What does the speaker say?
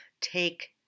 take